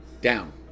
down